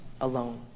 alone